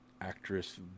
actress